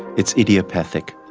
it's idiopathic.